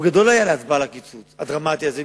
רוב גדול היה בהצבעה על הקיצוץ הדרמטי הזה,